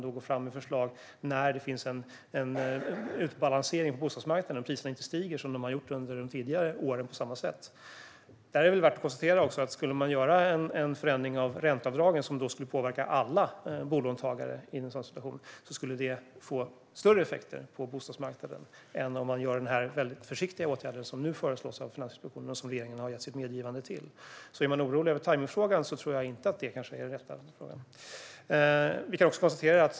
Vi går fram med ett förslag när det finns en utbalansering på bostadsmarknaden och när priserna inte stiger på samma sätt som under de tidigare åren. Skulle man göra en förändring av ränteavdragen, som skulle påverka alla bolånetagare, skulle det i en sådan situation få större effekter på bostadsmarknaden än om man vidtar den väldigt försiktiga åtgärd som Finansinspektionen nu föreslår och som regeringen har gett sitt medgivande till. Om man är orolig över tajmningen är ränteavdrag alltså kanske inte det rätta.